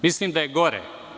Mislim da je gore.